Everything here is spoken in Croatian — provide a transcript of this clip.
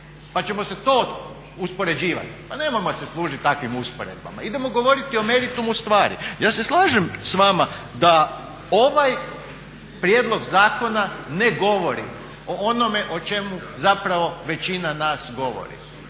Pa ćemo se to uspoređivati? Pa nemojmo se služiti takvim usporedbama. Idemo govoriti o meritumu stvari. Ja se slažem s vama da ovaj prijedlog zakona ne govori o onome o čemu zapravo većina nas govori.